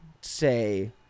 say